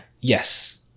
yes